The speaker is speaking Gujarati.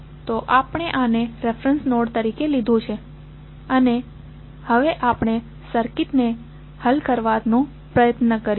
તો આપણે આને રેફેરેંસ નોડ તરીકે લીધો છે અને હવે આપણે સર્કિટને હલ કરવાનો પ્રયત્ન કરીશું